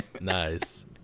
nice